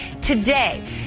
Today